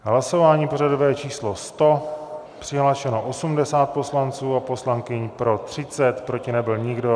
Hlasování pořadové číslo 100, přihlášeno 80 poslanců a poslankyň, pro 30 , proti nebyl nikdo.